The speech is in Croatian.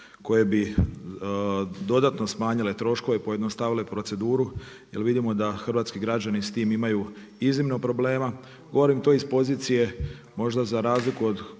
koje bi dodatno smanjile troškove, pojednostavile proceduru, jer vidimo da hrvatski građani s tim imaju iznimno problema, govorim to iz pozicije, možda za razliku od